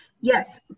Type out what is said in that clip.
Yes